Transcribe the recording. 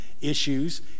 issues